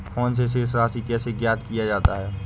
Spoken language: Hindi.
फोन से शेष राशि कैसे ज्ञात किया जाता है?